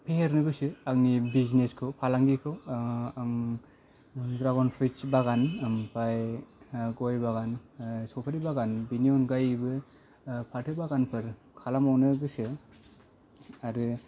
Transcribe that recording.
फेहेरनो गोसो आं बिजिनेस फालांगिखौ आं ड्रागन फ्रुट्स बागान ओमफाय गय बागान सफारि बागान बिनि अनगायैबो फाथो बागानफोर खालामबावनो गोसो आरो